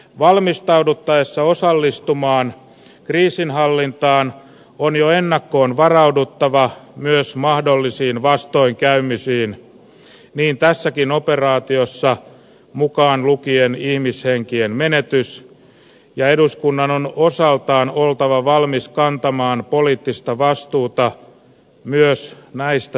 valmistauduttaessa osallistumaan kriisinhallintaan on jo ennakkoon varauduttava myös mahdollisiin vastoinkäymisiin niin tässäkin operaatiossa mukaan lukien ihmishenkien menetys ja eduskunnan on osaltaan oltava valmis kantamaan poliittista vastuuta myös näistä seuraamuksista